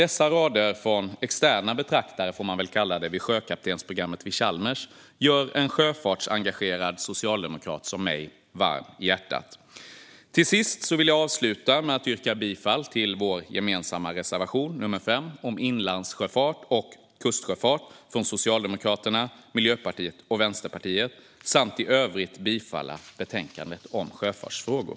Dessa rader från externa betraktare, får man väl kalla dem, vid sjökaptensprogrammet vid Chalmers gör en sjöfartsengagerad socialdemokrat som jag varm i hjärtat. Till sist vill jag yrka bifall till vår gemensamma reservation nr 5 om inlandssjöfart och kustsjöfart från Socialdemokraterna, Miljöpartiet och Vänsterpartiet samt i övrigt yrka bifall till utskottets förslag i betänkandet om sjöfartsfrågor.